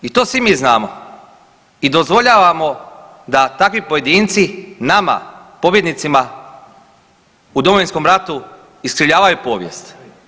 I to svi mi znamo i dozvoljavamo da takvi pojedinci nama, pobjednicima u Domovinskom ratu iskrivljavaju povijest.